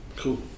Cool